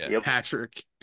Patrick